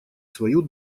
свою